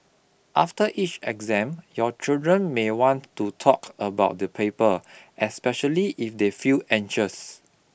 after each exam your children may want to talk about the paper especially if they feel anxious